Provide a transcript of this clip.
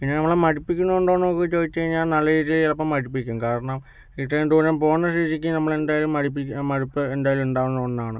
പിന്നെ നമ്മളെ മടുപ്പിക്കുന്ന കൊണ്ടാണൊന്നൊക്കെ ചോദിച്ചു കഴിഞ്ഞാൽ നല്ല രീതീല് ചിലപ്പം മടുപ്പിക്കും കാരണം ഇത്രയും ദൂരം പോകുന്ന സ്ഥിതിക്ക് നമ്മളെന്തായാലും മടുപ്പിക്ക് മടുപ്പ് എന്തായാലും ഉണ്ടാവുന്ന ഒന്നാണ്